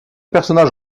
personnage